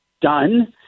done